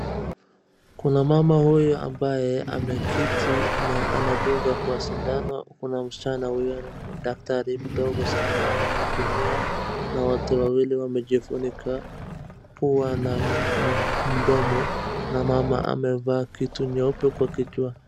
Kuna mama huyu ambaye ameketi na andungwa kwa shindano, kuna msichana huyu daktari mdogo sana anamhudumia na wote wawili wamejifunika pua na mdomo na mama amevaa kitu nyeupe kwa kichwa.